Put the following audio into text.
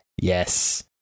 yes